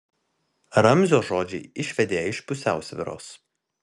ramzio žodžiai išvedė ją iš pusiausvyros